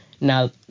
now